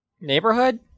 neighborhood